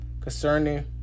Concerning